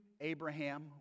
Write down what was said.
Abraham